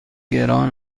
گران